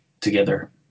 together